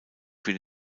für